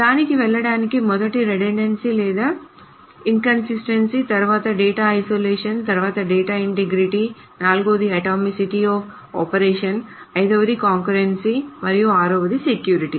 దానికి వెళ్లడానికి మొదటిది రిడెండెన్సీ లేదా ఇంకన్సిస్టెన్సీ తరువాత డేటా ఐసోలేషన్ తరువాత డేటా ఇంటిగ్రిటీ 4వది అటామిసిటీ అఫ్ ఆపరేషన్స్ 5వది కాంకర్రెన్సీ మరియు 6 వది సెక్యూరిటీ